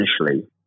initially